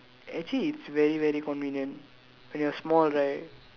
actually it's very very convenient when you're small right